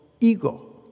Ego